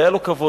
היה לו כבוד.